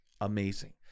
Amazing